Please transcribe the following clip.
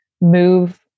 move